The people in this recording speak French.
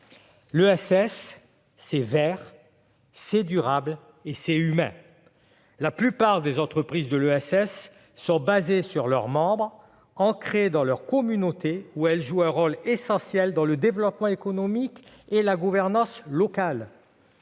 L'ESS, c'est vert, c'est durable et c'est humain ! La plupart des entreprises de l'ESS s'appuient sur leurs membres, sont ancrées dans leur communauté, où elles jouent un rôle essentiel dans le développement économique et la gouvernance locale.